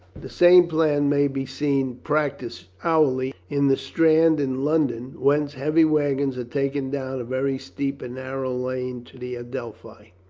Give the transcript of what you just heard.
the same plan may be seen practised hourly in the strand in london, whence heavy wagons are taken down a very steep and narrow lane to the adelphi.